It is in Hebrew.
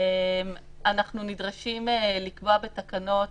אנחנו נדרשים לקבוע בתקנות